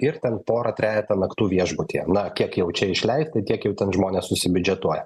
ir ten porą trejetą naktų viešbutyje na kiek jau čia išleisti tiek jau ten žmonės susibiudžetuoja